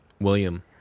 William